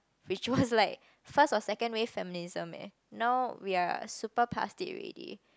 which was like first or second wave feminism eh now we are super past it already